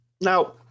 Now